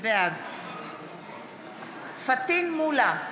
בעד פטין מולא,